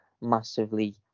massively